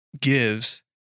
gives